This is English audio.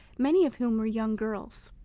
many of whom were young girls.